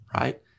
right